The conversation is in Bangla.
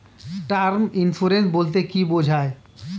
টার্ম ইন্সুরেন্স বলতে কী বোঝায়?